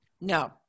No